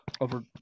over